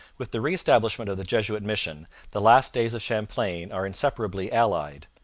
with the re-establishment of the jesuit mission the last days of champlain are inseparably allied.